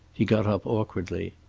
he got up awkwardly.